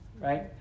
right